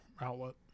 outlet